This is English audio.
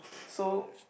so